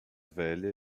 velha